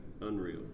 unreal